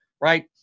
right